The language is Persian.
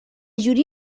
جوری